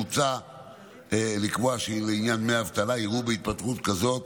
מוצע לקבוע שלעניין דמי אבטלה יראו בהתפטרות כזאת